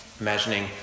Imagining